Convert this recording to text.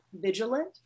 vigilant